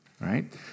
right